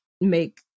make